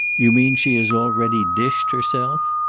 you mean she has already dished herself?